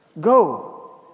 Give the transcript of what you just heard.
Go